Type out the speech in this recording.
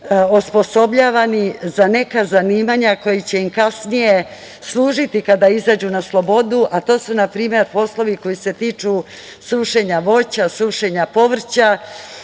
osposobljavani za neka zanimanja koja će im kasnije služiti kada izađu na slobodu, a to su na primer poslovi koji se tiču sušenja voća, sušenja povrća